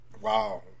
Wow